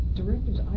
directors